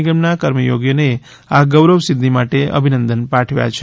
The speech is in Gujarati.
નિગમના કર્મયોગીઓને આ ગૌરવ સિદ્ધિ માટે અભિનંદન પાઠવ્યા છે